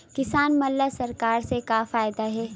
किसान मन ला सरकार से का फ़ायदा हे?